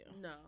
No